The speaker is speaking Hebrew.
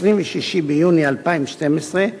26 ביוני 2012,